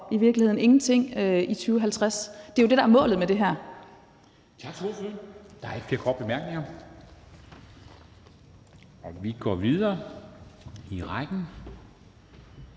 i virkeligheden ingenting i 2050. Det er jo det, der er målet med det her.